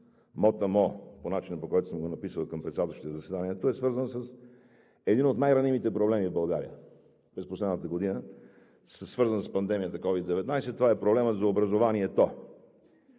мотамо и по начина, по който съм го написал към председателстващия заседанието, е свързан с един от най-ранимите проблеми в България през последната година, свързан с пандемията COVID-19, е проблемът за образованието.